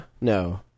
No